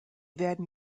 werden